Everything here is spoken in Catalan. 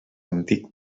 antic